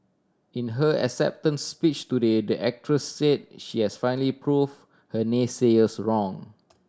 in her acceptance speech though they the actress say she has finally prove her naysayers wrong